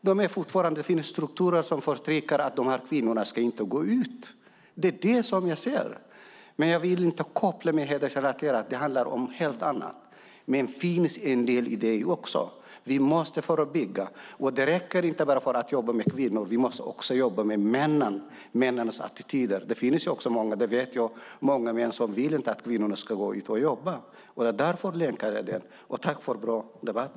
Sedan finns det strukturer som förtrycker kvinnorna och gör att de inte kan gå ut, men jag vill inte koppla det till det hedersrelaterade våldet, som handlar om något helt annat, även om det också finns med. Därför måste vi förebygga det, och då räcker det inte med att jobba med kvinnorna, utan vi måste också jobba med männen och deras attityder. Jag vet att det finns många män som inte vill att kvinnorna ska gå ut och jobba. Det är därför jag länkar ihop dessa frågor. Jag tackar för en bra debatt.